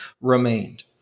remained